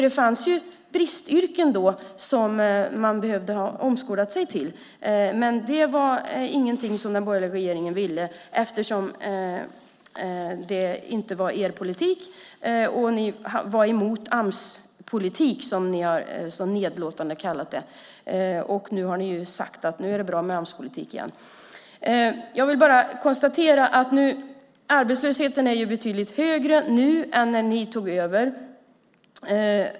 Det fanns bristyrken som man behövde omskola sig till. Men det var ingenting som den borgerliga regeringen ville eftersom det inte var er politik och ni var mot Amspolitik, som ni så nedlåtande har kallat det. Nu har ni sagt att det är bra med Amspolitik. Jag konstaterar att arbetslösheten är betydligt högre nu än när ni tog över.